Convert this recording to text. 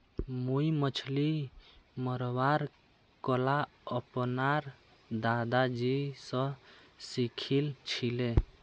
मुई मछली मरवार कला अपनार दादाजी स सीखिल छिले